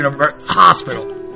Hospital